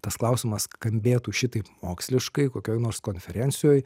tas klausimas skambėtų šitaip moksliškai kokioj nors konferencijoj